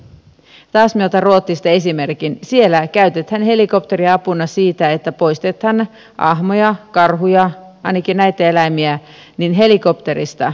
taas minä otan ruotsista esimerkin siellä käytetään helikopteria apuna siihen että poistetaan ahmoja karhuja ainakin näitä eläimiä helikopterista